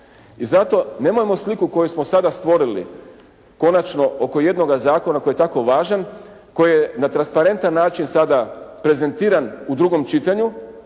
I zato nemojmo sliku koju smo sada stvorili konačno oko jednoga zakona koji je tako važan, koji je na transparentan način sada prezentiran u drugom čitanju